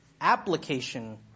application